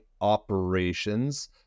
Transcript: operations